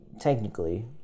technically